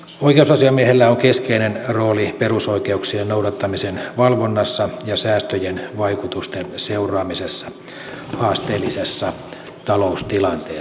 oikeusasiamiehellä on keskeinen rooli perusoikeuksien noudattamisen valvonnassa ja säästöjen vaikutusten seuraamisessa haasteellisessa taloustilanteessa